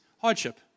hardship